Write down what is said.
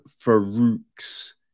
Farouk's